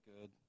good